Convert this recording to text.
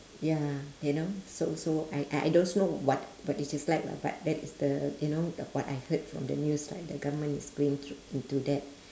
ya you know so so I I don't know what what it is like lah but that is the you know what I heard from the news lah the government is going thr~ into that